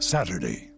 Saturday